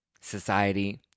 society